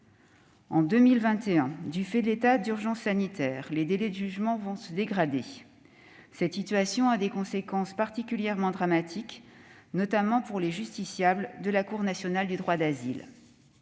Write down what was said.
En 2021, du fait de l'état d'urgence sanitaire, les délais de jugement vont se dégrader. Cette situation a des conséquences particulièrement dramatiques, notamment pour les justiciables de la Cour nationale du droit d'asile.